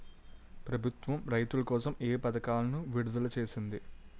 ప్రభుత్వం రైతుల కోసం ఏ పథకాలను విడుదల చేసింది?